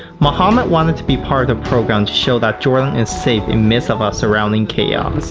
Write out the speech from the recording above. mohammad wanted to be part of the program to show that jordan is safe in midst of ah surrounding chaos.